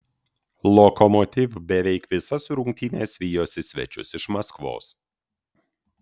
lokomotiv beveik visas rungtynes vijosi svečius iš maskvos